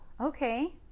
okay